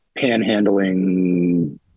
panhandling